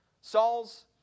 Saul's